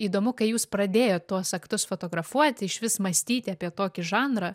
įdomu kai jūs pradėjot tuos aktus fotografuoti išvis mąstyti apie tokį žanrą